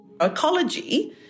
Ecology